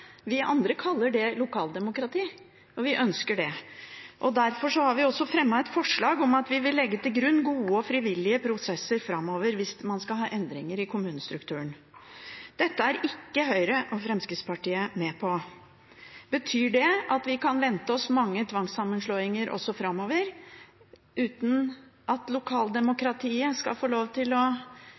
Vi andre kaller det lokaldemokrati, og vi ønsker det. Derfor har vi også fremmet et forslag om at vi vil legge til grunn gode og frivillige prosesser framover hvis man skal ha endringer i kommunestrukturen. Dette er ikke Høyre og Fremskrittspartiet med på. Betyr det at vi kan vente oss mange tvangssammenslåinger også framover, uten at lokaldemokratiet skal få lov til å